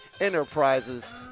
Enterprises